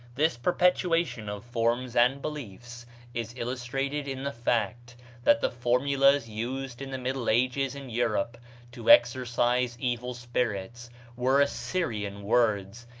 this perpetuation of forms and beliefs is illustrated in the fact that the formulas used in the middle ages in europe to exorcise evil spirits were assyrian words,